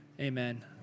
Amen